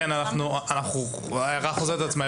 כן, ההערה חוזרת על עצמה.